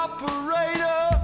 Operator